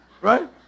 Right